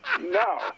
No